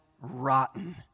rotten